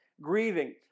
Grieving